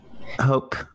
Hope